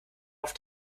auf